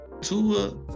Tua